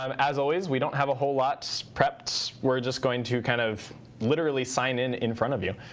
um as always, we don't have a whole lot so prepped. we're just going to kind of literally sign in in front of you.